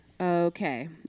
Okay